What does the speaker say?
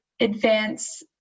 advance